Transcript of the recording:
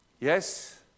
Yes